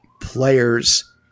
players